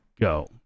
go